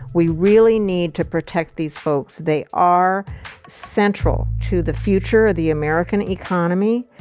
we really need to protect these folks. they are central to the future of the american economy.